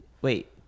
Wait